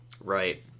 Right